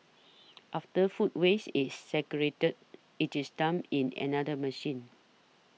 after food waste is segregated it is dumped in another machine